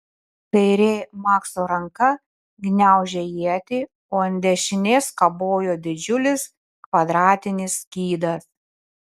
kairė makso ranka gniaužė ietį o ant dešinės kabojo didžiulis kvadratinis skydas